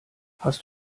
hast